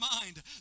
mind